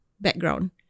background